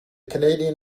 canadian